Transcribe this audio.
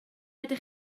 ydych